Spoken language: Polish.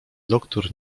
doktór